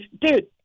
dude